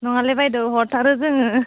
नङालै बायद' हरथारो जोङो